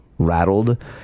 rattled